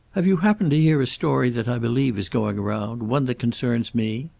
have you happened to hear a story that i believe is going round? one that concerns me?